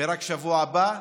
רק בשבוע הבא,